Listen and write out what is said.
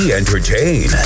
entertain